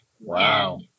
Wow